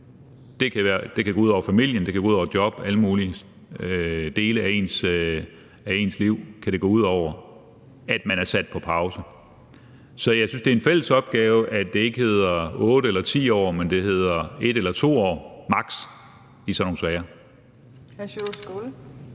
Det kan gå ud over familien. Det kan gå ud over ens job. Alle mulige dele af ens liv kan det gå ud over, at man er sat på pause. Så jeg synes, det er en fælles opgave at sørge for, at det ikke er 8 eller 10 år, men at det er 1 eller 2 år maks. i sådan nogle sager.